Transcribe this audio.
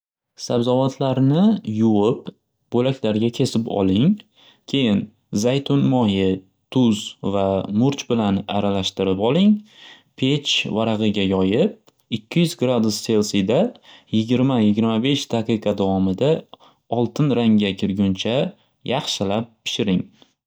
Sabzavotlarni yuvib bo'laklarga kesib oling keyin zaytun moyi, tuz va murch bilan aralashtirib oling pech varag'iga yoyib ikki yuz gradus selsiyda yigirma yigirma besh daqiqa davomida oltin rangga kirguncha yaxshilab pishiring.